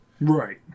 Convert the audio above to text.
Right